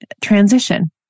transition